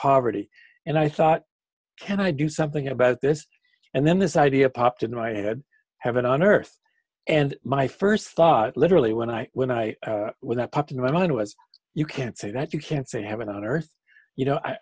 poverty and i thought can i do something about this and then this idea popped into my head heaven on earth and my first thought literally when i when i when i popped in my mind was you can't say that you can't say heaven on earth you know i